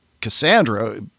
Cassandra